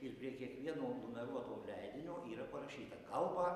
ir prie kiekvieno numeruoto leidinio yra parašyta kalbą